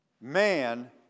Man